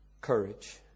courage